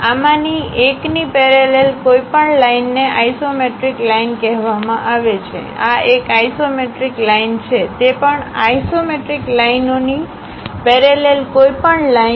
આમાંની એકની પેરેલલ કોઈપણ લાઇનને આઇસોમેટ્રિક લાઇન કહેવામાં આવે છે આ એક આઇસોમેટ્રિક લાઇન છે તે પણ આઇસોમેટ્રિક લાઈનઓની પેરેલલ કોઈપણ લાઇન